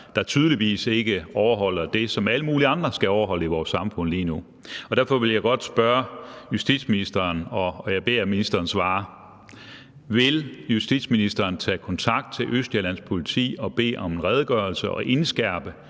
der tydeligvis ikke overholder det, som alle mulige andre skal overholde i vores samfund lige nu. Derfor vil jeg godt spørge justitsministeren – og jeg beder ham om at svare: Vil justitsministeren tage kontakt til Østjyllands Politi og bede om en redegørelse og indskærpe,